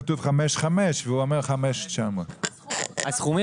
פה כתוב 5,500 והוא אומר 5,900. הסכומים